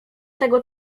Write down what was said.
tego